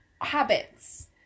habits